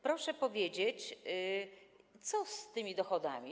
Proszę powiedzieć, co z tymi dochodami.